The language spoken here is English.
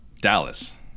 Dallas